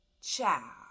Ciao